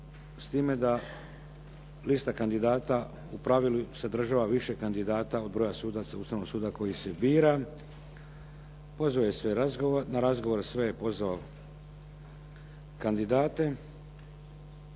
s time da lista kandidata u pravilu sadržava više kandidata od broja sudaca Ustavnog suda koji se bira. Pozvao je sve kandidate